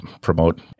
promote